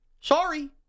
Sorry